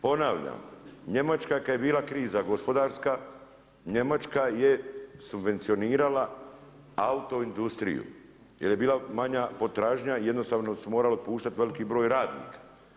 Ponavljam, Njemačka kad je bila kroza gospodarska, Njemačka je subvencionirala auto industriju jer je bila manja potražnja, jednostavno se moralo otpuštati veliki broj radnika.